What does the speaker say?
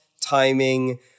timing